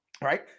right